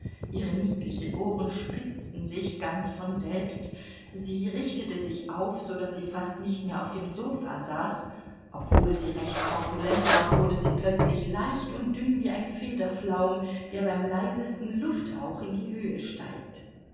ihre niedlichen ohren spitzten sich ganz von selbst sie richtete sich auf so daß sie fast nicht mehr auf dem sofa saß obwohl sie recht korpulent war wurde sie plötzlich leicht und dünn wie ein federflaum der beim leisesten lufthauch in die höhe steigt